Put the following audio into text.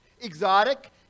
Exotic